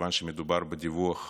מכיוון שמדובר בדיווח